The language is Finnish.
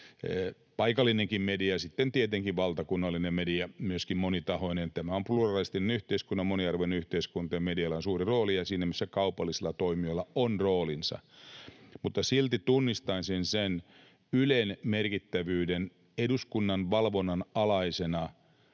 paikallinenkin media että sitten tietenkin myöskin monitahoinen valtakunnallinen media. Tämä on pluralistinen yhteiskunta, moniarvoinen yhteiskunta, ja medialla on suuri rooli, ja siinä kaupallisilla toimijoilla on oma roolinsa. Silti tunnistaisin Ylen merkittävyyden eduskunnan valvonnan alaisena